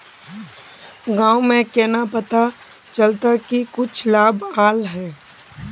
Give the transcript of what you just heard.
गाँव में केना पता चलता की कुछ लाभ आल है?